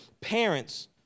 parents